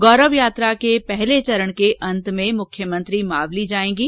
गौरव यात्रा के पहले चरण के अंत में मुख्यमंत्री मावली जाएंगी